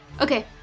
Okay